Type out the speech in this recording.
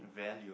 value